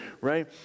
right